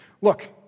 Look